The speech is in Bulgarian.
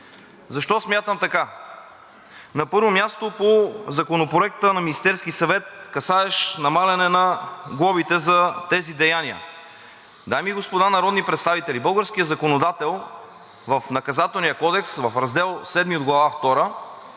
Защо смятам така? На първо място, по Законопроекта на Министерския съвет, касаещ намаляване на глобите за тези деяния. Дами и господа народни представители, българският законодател в Наказателния кодекс в Раздел VII от Глава